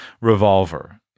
revolver